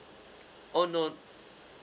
oh no